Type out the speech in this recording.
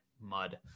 mud